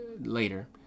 later